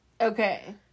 Okay